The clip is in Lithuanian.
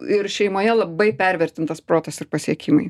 ir šeimoje labai pervertintas protas ir pasiekimai